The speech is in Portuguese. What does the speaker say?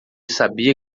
sabia